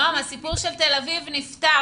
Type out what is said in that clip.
נעם, הסיפור של תל אביב נפתר.